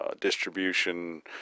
distribution